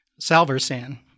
salversan